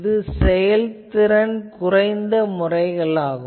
இது செயல்திறன் குறைந்த முறைகளாகும்